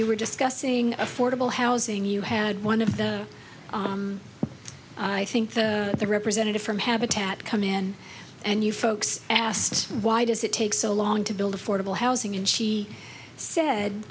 you were discussing affordable housing you had one of the i think the the representative from habitat come in and you folks asked why does it take so long to build affordable housing and she said